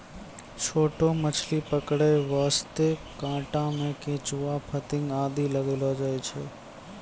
छोटो मछली पकड़ै वास्तॅ कांटा मॅ केंचुआ, फतिंगा आदि लगैलो जाय छै